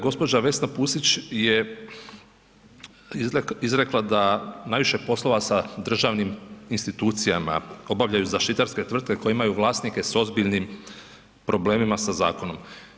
Gđa. Vesna Pusić je izrekla da najviše poslova sa državnim institucijama obavljaju zaštitarske tvrtke koje imaju vlasnike s ozbiljnim problemima sa zakonom.